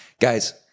Guys